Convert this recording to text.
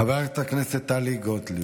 חברת הכנסת טלי גוטליב.